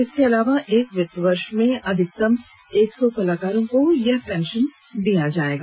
इसके अलावा एक वित्तीय वर्ष में अधिकतम एक सौ कलाकारों को यह पेंशन दिया जाएगा